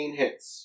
hits